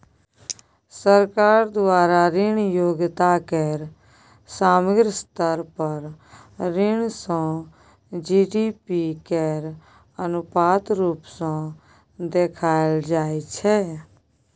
सरकार द्वारा ऋण योग्यता केर समग्र स्तर पर ऋण सँ जी.डी.पी केर अनुपात रुप सँ देखाएल जाइ छै